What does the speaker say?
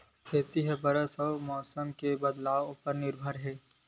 खेती हा बरसा अउ मौसम के बदलाव उपर निर्भर हे